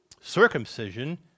Circumcision